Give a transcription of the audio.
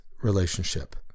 relationship